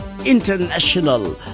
International